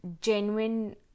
genuine